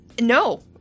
No